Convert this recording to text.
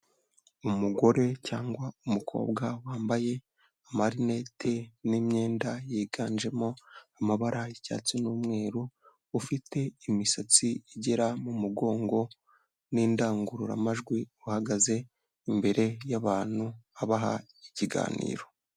Umugore cyangwa umukobwa wambaye amarinete n'imyenda yiganjemo amabara y'icyatsi n'umweru, ufite imisatsi igera mu mugongo n'indangururamajwi, uhagaze imbere y'abantu abaha ikiganiro.